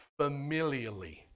familially